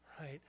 right